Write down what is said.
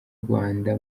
rwanda